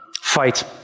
fight